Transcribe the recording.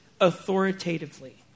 authoritatively